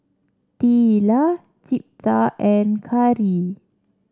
Teela Jeptha and Carey